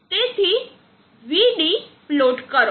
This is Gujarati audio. તેથી V પ્લોટ કરો